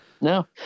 No